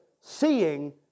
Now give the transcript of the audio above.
seeing